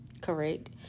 Correct